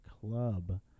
club